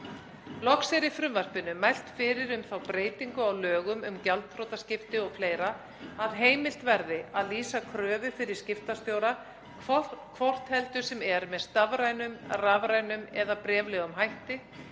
Loks er í frumvarpinu mælt fyrir um þá breytingu á lögum um gjaldþrotaskipti o.fl., að heimilt verði að lýsa kröfu fyrir skiptastjóra hvort heldur sem er með stafrænum, rafrænum eða bréflegum hætti,